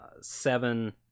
Seven